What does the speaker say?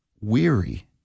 weary